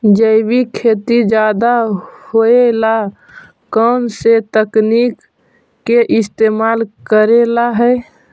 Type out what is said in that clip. जैविक खेती ज्यादा होये ला कौन से तकनीक के इस्तेमाल करेला हई?